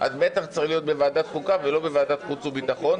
אז בטח זה צריך להיות בוועדת חוקה ולא בוועדת חוץ וביטחון,